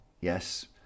yes